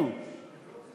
אם את המעשה,